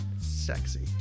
sexy